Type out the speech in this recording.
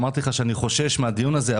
אמרתי לך שאני חושש מהדיון הזה,